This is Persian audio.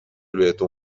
بهتون